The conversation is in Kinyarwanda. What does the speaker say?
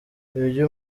ibyo